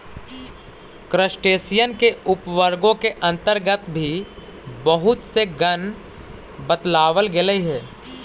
crustacean के उपवर्गों के अन्तर्गत भी बहुत से गण बतलावल गेलइ हे